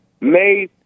made